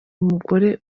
umugore